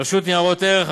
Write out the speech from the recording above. רשות ניירות ערך,